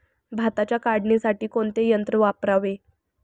भाताच्या काढणीसाठी कोणते यंत्र वापरावे?